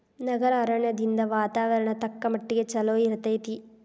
ನಗರ ಅರಣ್ಯದಿಂದ ವಾತಾವರಣ ತಕ್ಕಮಟ್ಟಿಗೆ ಚಲೋ ಇರ್ತೈತಿ